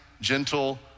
gentle